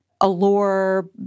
Allure